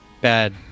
Bad